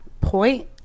point